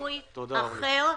פיצוי אחר.